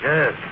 Yes